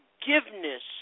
forgiveness